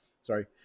sorry